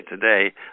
today